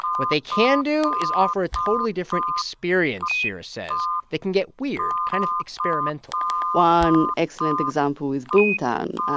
what they can do is offer a totally different experience, shira says. they can get weird kind of experimental one excellent example is boomtown,